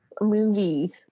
movie